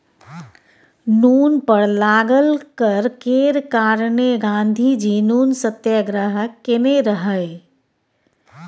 नुन पर लागल कर केर कारणेँ गाँधीजी नुन सत्याग्रह केने रहय